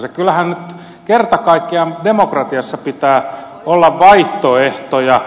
kyllähän nyt kerta kaikkiaan demokratiassa pitää olla vaihtoehtoja